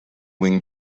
wing